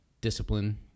discipline